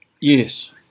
yes